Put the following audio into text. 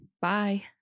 Bye